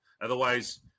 Otherwise